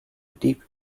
deep